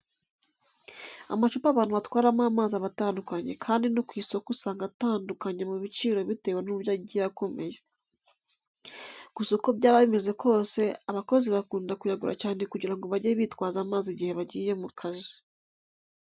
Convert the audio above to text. Amacupa abantu batwaramo amazi aba atandukanye kandi no ku isoko usanga atandukanye mu biciro bitewe n'uburyo agiye akomeye. Gusa uko byaba bimeze kose abakozi bakunda kuyagura cyane kugira ngo bajye bitwaza amazi igihe bagiye mu kazi.